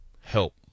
help